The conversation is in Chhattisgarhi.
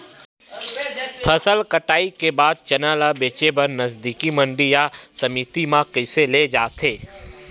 फसल कटाई के बाद चना ला बेचे बर नजदीकी मंडी या समिति मा कइसे ले जाथे?